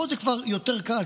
פה זה כבר יותר קל,